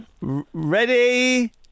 Ready